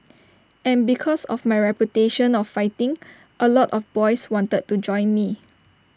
and because of my reputation of fighting A lot of boys wanted to join me